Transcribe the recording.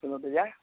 दुनू गोटे जाइ